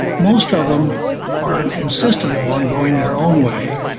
most of them are insistent upon going their own way,